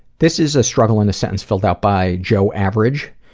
this is a struggle in a sentence filled out by joe average,